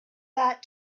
that